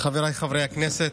חבריי חברי הכנסת,